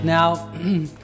Now